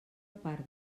part